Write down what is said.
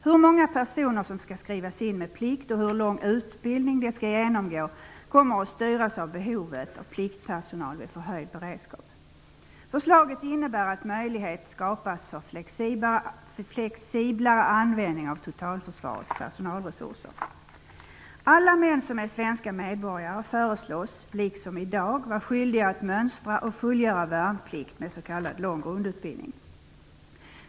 Hur många personer som skall skrivas in med plikt och hur lång utbildning de skall genomgå kommer att styras av behovet av pliktpersonal vid förhöjd beredskap. Förslaget innebär att möjlighet skapas för flexiblare användning av totalförsvarets personalresurser. Alla män som är svenska medborgare föreslås, liksom i dag, vara skyldiga att mönstra och fullgöra värnplikt med s.k. lång grundutbildning.